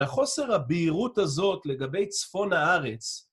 לחוסר הבהירות הזאת לגבי צפון הארץ